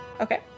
Okay